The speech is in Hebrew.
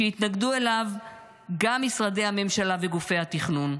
שהתנגדו אליו גם משרדי הממשלה וגופי התכנון.